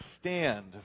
stand